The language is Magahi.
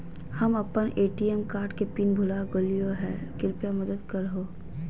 हम अप्पन ए.टी.एम कार्ड के पिन भुला गेलिओ हे कृपया मदद कर हो